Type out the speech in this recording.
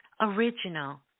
original